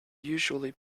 usually